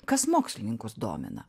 kas mokslininkus domina